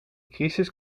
crisis